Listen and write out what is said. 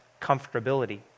comfortability